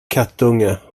kattunge